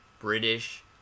british